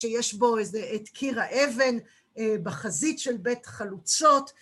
שיש בו איזה... את קיר האבן בחזית של בית חלוצות,